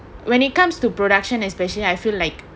when it comes to production especially I feel like